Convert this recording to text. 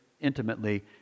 intimately